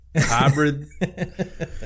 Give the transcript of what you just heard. hybrid